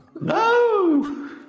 No